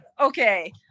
okay